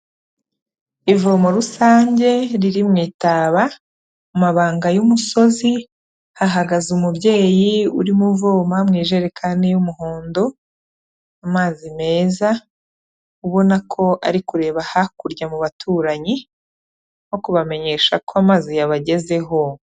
Ivomo rusange riri mu itaba mu mabanga y'umusozi, hahagaze umubyeyi urimo uvoma mu ijerekani y'umuhondo amazi meza, ubona ko ari kureba hakurya mu baturanyi no kubamenyesha ko amazi yabagezeho.